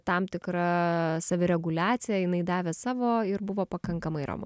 tam tikra savireguliacija jinai davė savo ir buvo pakankamai ramu